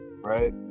right